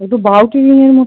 একটু বাউটি